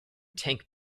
tank